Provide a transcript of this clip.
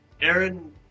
Aaron